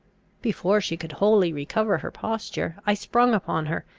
before she could wholly recover her posture, i sprung upon her,